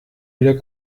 wieder